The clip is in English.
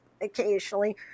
occasionally